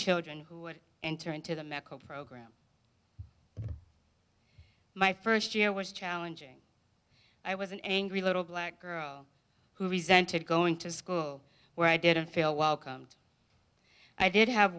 children who would enter into the medical program my first year was challenging i was an angry little black girl who resented going to school where i didn't feel welcomed i did have